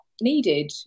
needed